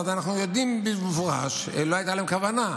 ואז אנחנו יודעים במפורש שלא הייתה להם כוונה,